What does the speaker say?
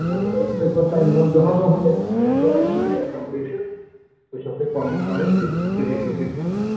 accommodation وٕچھو تۄہہِ پَنٕنۍ کَرٕنۍ تہٕ سُہ ہیٚکِو تُہۍ کٔرِتھ